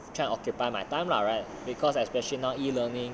tried occupy my time lah right because especially now e-learning